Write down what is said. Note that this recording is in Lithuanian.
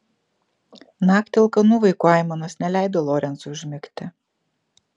naktį alkanų vaikų aimanos neleido lorencui užmigti